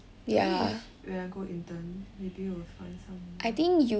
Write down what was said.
don't know if when I go intern maybe will find someone